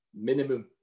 minimum